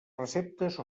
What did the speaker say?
receptes